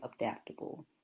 adaptable